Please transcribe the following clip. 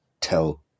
tell